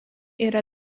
yra